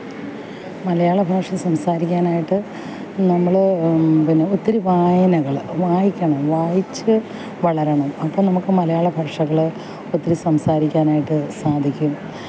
മലയാള ഭാഷ സംസാരിക്കാനായിട്ട് നമ്മൾ പിന്നെ ഒത്തിരി വായനകൾ വായിക്കണം വായിച്ച് വളരണം അപ്പം നമുക്ക് മലയാളഭാഷകൾ ഒത്തിരി സംസാരിക്കാനായിട്ട് സാധിക്കും